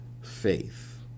faith